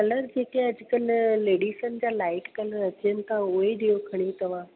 colour जेके अॼुकल्ह लेडीसनि जा लाइट कलर अचनि था उहो ई ॾियो खणी तव्हां